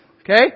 okay